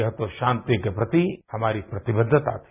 यह तो शांति के प्रति हमारी प्रतिबद्धता थी